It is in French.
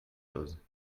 choses